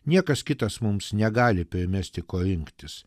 niekas kitas mums negali primesti ko rinktis